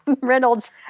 Reynolds